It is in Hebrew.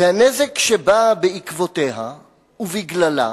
והנזק שבא בעקבותיה ובגללה,